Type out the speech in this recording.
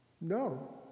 No